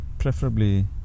preferably